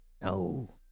no